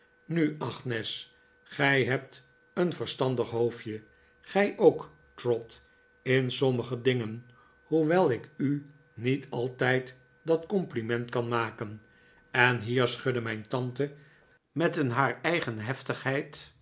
nu agnes gij hebt een verstandig hoofdje gij ook trot in sommige dingen hoewel ik u niet altijd dat compliment kan maken en hier schudde mijn tante met een haar eigen heftigheid